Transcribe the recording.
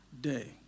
day